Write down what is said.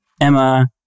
Emma